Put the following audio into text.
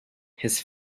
his